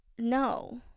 No